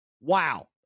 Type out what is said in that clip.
Wow